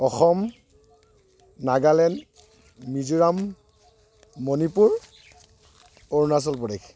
Assam Nagaland Mizoram Manipur Arunachal Pradesh